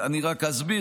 אז מה התובנות?